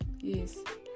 yes